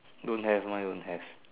don't have mine don't have